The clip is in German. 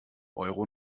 euro